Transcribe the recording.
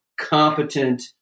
competent